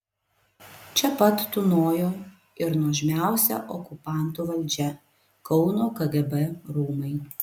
čia pat tūnojo ir nuožmiausia okupantų valdžia kauno kgb rūmai